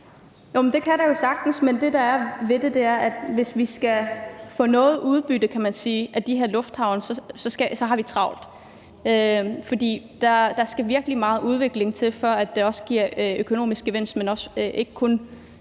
det kan der jo sagtens, men det, der er ved det, er, at vi, hvis vi – kan man sige – skal få noget udbytte af de her lufthavne, så har travlt. For der skal virkelig meget udvikling til, for at det også giver økonomisk gevinst, ikke kun